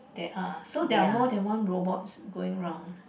there are so there're more than one robots going around